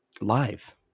Live